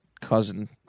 cousin